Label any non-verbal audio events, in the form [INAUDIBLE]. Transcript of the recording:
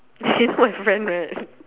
you know my friend right [LAUGHS]